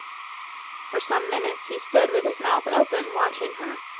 for some minutes he stood with his mouth open watching her,